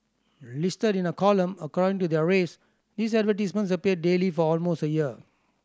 listed in a column according to their race these advertisements appeared daily for almost a year